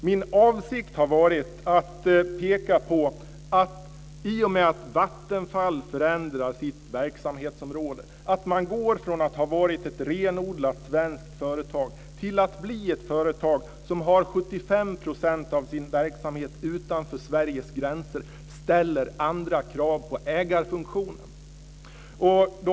Min avsikt har varit att peka på att i och med att Vattenfall förändrar sitt verksamhetsområde, att man går från att ha varit ett renodlat svenskt företag till att bli ett företag som har 75 % av sin verksamhet utanför Sveriges gränser, ställs andra krav på ägarfunktionen.